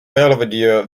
belvedere